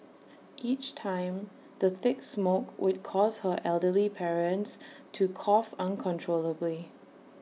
each time the thick smoke would cause her elderly parents to cough uncontrollably